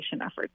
efforts